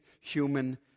human